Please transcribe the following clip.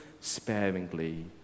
sparingly